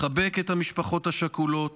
מחבק את המשפחות השכולות,